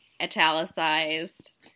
italicized